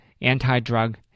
anti-drug